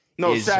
no